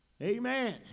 Amen